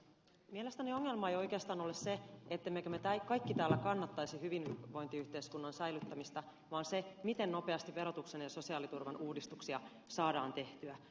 mielestäni ongelma ei oikeastaan ole se ettemme kaikki täällä kannattaisi hyvinvointiyhteiskunnan säilyttämistä vaan se miten nopeasti verotuksen ja sosiaaliturvan uudistuksia saadaan tehtyä